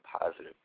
positive